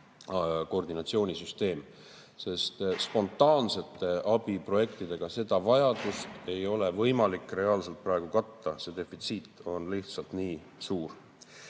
koordinatsioonisüsteem, sest spontaansete abiprojektidega ei ole seda vajadust võimalik reaalselt katta. See defitsiit on lihtsalt nii suur.